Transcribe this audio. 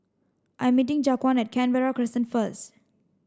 I'm meeting Jaquan at Canberra Crescent first